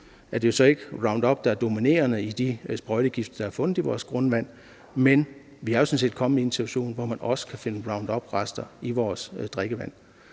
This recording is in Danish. nu så ikke er Roundup, der er dominerende i de sprøjtegifte, der er fundet i vores grundvand, men vi er sådan set kommet i en situation, hvor man også kan finde Rounduprester i vores drikkevand,